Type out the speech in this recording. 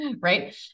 Right